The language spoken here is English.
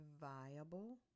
viable